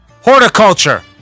Horticulture